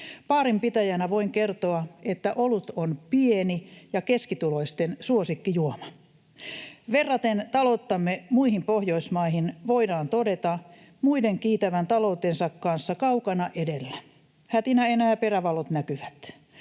Baarinpitäjänä voin kertoa, että olut on pieni- ja keskituloisten suosikkijuoma. Verraten talouttamme muihin Pohjoismaihin voidaan todeta muiden kiitävän taloutensa kanssa kaukana edellä, hätinä enää perävalot näkyvät.